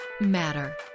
matter